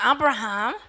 Abraham